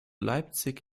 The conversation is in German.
leipzig